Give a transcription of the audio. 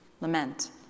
Lament